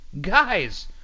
Guys